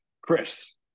Chris